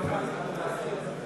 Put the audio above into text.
כהצעת הוועדה, נתקבל.